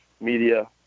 media